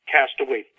Castaway